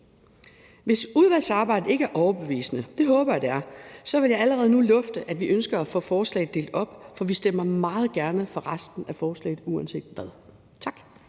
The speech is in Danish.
Hvis udvalgsarbejdet ikke er overbevisende – det håber jeg at det er – så vil jeg allerede nu lufte, at vi ønsker at få forslaget delt op, for vi stemmer meget gerne for resten af forslaget uanset hvad. Tak.